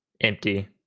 empty